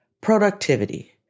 productivity